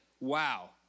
wow